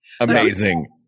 Amazing